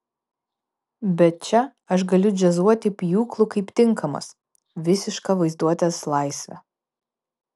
bet čia aš galiu džiazuoti pjūklu kaip tinkamas visiška vaizduotės laisvė